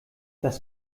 das